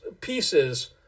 pieces